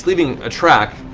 leaving a track.